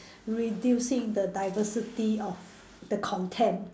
reducing the diversity of the content